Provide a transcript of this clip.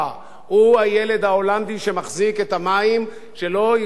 הוא הילד ההולנדי שמחזיק את המים שלא יפרצו את הסכר,